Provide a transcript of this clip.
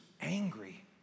angry